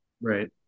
right